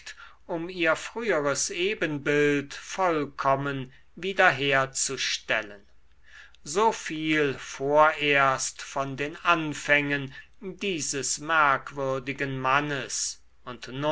um ihr früheres ebenbild vollkommen wiederherzustellen so viel vorerst von den anfängen dieses merkwürdigen mannes und